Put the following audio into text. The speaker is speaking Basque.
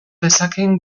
dezakeen